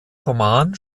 roman